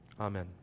Amen